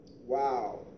Wow